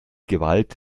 gewalt